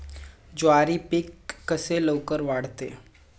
ज्वारी पीक कसे लवकर वाढते?